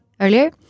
earlier